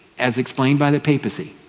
as explained by the papacy,